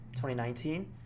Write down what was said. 2019